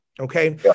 Okay